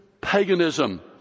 paganism